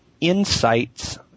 insights